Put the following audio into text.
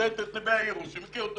--- ציינת את נווה האירוס שאני מכיר אותו